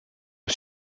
ont